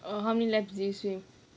err how many laps did you swim